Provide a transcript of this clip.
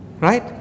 Right